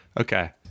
Okay